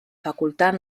facultad